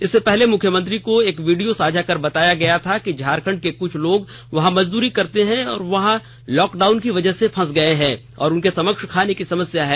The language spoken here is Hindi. इससे पहले मुख्यमंत्री को एक वीडियो साझा कर बताया गया था कि झारखंड के कुछ लोग वहां मजदूरी करते हैं वे वहां लॉकडाउन की वजह से फस गए हैं और उनके समक्ष खाने की समस्या है